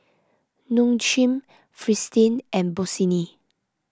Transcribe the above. Nong Shim Fristine and Bossini